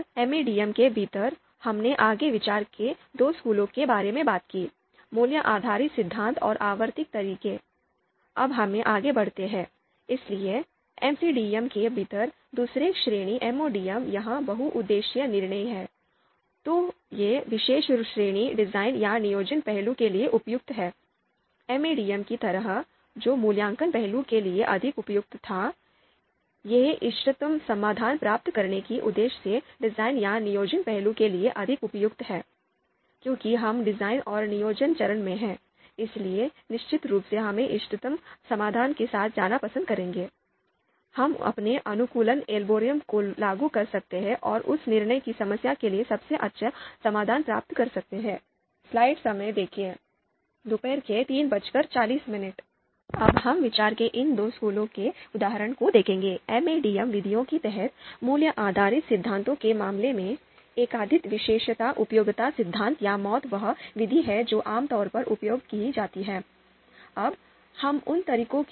और एमएडीएम के भीतर हमने आगे विचार के दो स्कूलों के बारे में बात की मूल्य आधारित सिद्धांत और आवर्ती तरीके